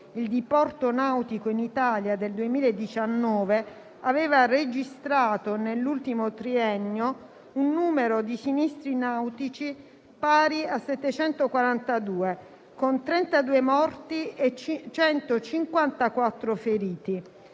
sul diporto nautico in Italia del 2019 aveva registrato nell'ultimo triennio un numero di sinistri nautici pari a 742, con 32 morti e 154 feriti.